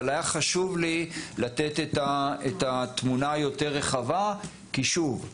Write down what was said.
אבל היה חשוב לי לתת את התמונה היותר רחבה כי שוב,